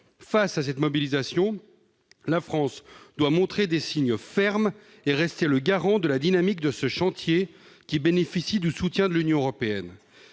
Devant cette mobilisation, la France doit donner des signes de fermeté et rester le garant de la dynamique de ce chantier, qui bénéficie du soutien de l'Union européenne.